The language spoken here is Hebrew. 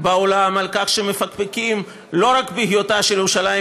בעולם שמפקפקים לא רק בהיותה של ירושלים